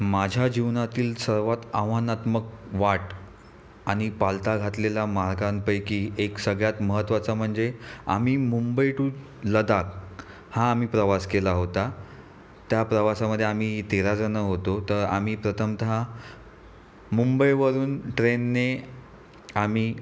माझ्या जीवनातील सर्वात आव्हानात्मक वाट आणि पालथा घातलेल्या मार्गांपैकी एक सगळ्यात महत्त्वाचा म्हणजे आम्ही मुंबई टू लडाख हा आम्ही प्रवास केला होता त्या प्रवासामध्ये आम्ही तेरा जणं होतो तर आम्ही प्रथमतः मुंबईवरून ट्रेनने आम्ही